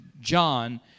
John